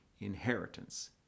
inheritance